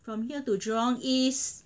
from here to jurong east